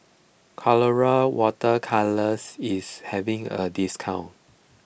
Colora Water Colours is having a discount